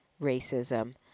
racism